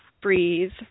breathe